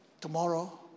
tomorrow